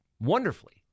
wonderfully